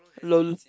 lol